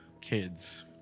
kids